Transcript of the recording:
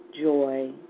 joy